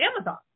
Amazon